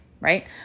right